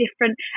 different